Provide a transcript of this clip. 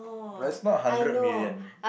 but it's not hundred million